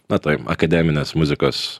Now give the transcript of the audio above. na toj akademinės muzikos